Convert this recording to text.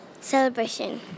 celebration